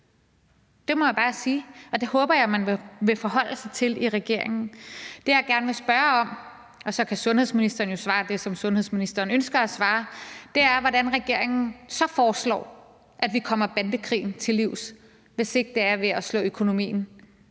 Det må jeg bare sige. Og det håber jeg at man vil forholde sig til i regeringen. Det, jeg gerne vil spørge om – og så kan sundhedsministeren jo svare det, som sundhedsministeren ønsker at svare – er, hvordan regeringen så foreslår at vi kommer bandekrigen til livs, hvis det ikke er ved at slå økonomien